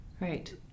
right